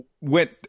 went